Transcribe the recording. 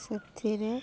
ସେଥିରେ